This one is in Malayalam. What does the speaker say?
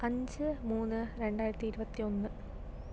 അഞ്ച് മൂന്ന് രണ്ടായിരത്തി ഇരുപത്തൊന്ന്